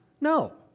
No